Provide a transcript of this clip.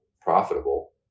profitable